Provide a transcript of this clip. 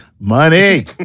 money